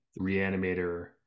Reanimator